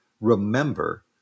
remember